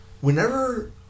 Whenever